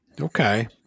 okay